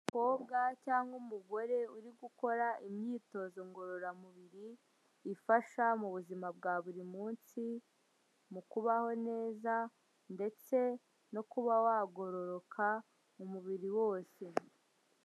Umukobwa cyangwa umugore uri gukora imyitozo ngororamubiri ifasha mu buzima bwa buri munsi, mu kubaho neza ndetse no kuba wagororoka umubiri wose.